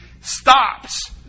stops